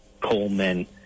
Coleman